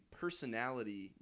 personality